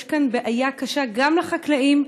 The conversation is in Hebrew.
יש כאן בעיה קשה גם לחקלאים,